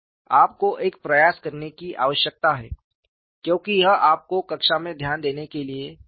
आपको एक प्रयास करने की आवश्यकता है क्योकि यह आपको कक्षा में ध्यान देने के लिए कहेगा